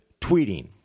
tweeting